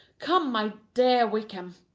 come, my dear wickham.